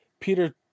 Peter